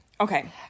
Okay